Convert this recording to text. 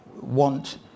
want